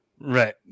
Right